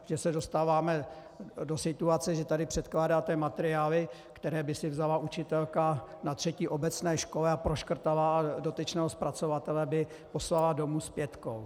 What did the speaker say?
Že se dostáváme do situace, že tady předkládáte materiály, které by si vzala učitelka na třetí obecné škole a proškrtala a dotyčného zpracovatele by poslala domů s pětkou.